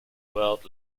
world